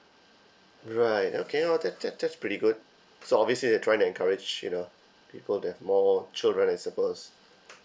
right okay now that that that's pretty good so obviously they're trying to encourage you know people to have more children I suppose